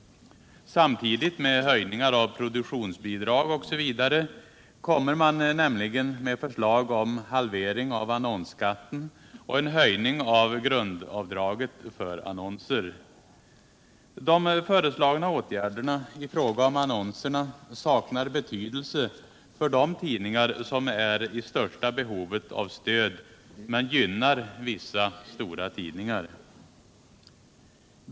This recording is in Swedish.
Samtidigt med höjningar av produktionsbidrag osv. kommer man nämligen med förslag om halvering av annonsskatten och en höjning av grundavdraget för annonser. De föreslagna åtgärderna i fråga om annonserna saknar betydelse för de tidningar som är i störst behov av stöd men gynnar vissa stora tidningar.